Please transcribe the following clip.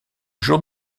jour